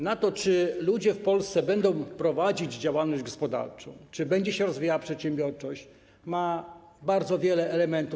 Na to, czy ludzie w Polsce będą prowadzić działalność gospodarczą, czy będzie się rozwijała przedsiębiorczość, ma wpływ bardzo wiele elementów.